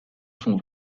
son